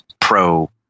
pro